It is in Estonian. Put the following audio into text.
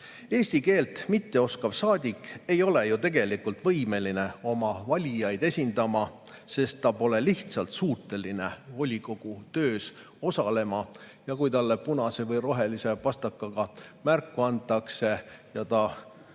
Eesti keelt mitteoskav saadik ei ole ju tegelikult võimeline oma valijaid esindama, sest ta pole lihtsalt suuteline volikogu töös osalema. Kui talle punase või rohelise pastakaga märku antakse ja ta